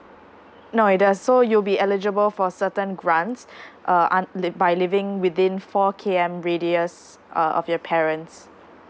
no it does so you'll be eligible for certain grants uh by living within four k m radius uh of your parents